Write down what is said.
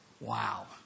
Wow